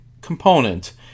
component